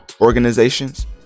organizations